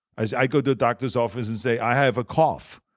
i so i go to the doctor's office and say i have a cough.